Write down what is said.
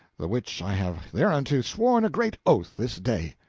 the which i have thereunto sworn a great oath this day.